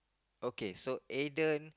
okay so Aiden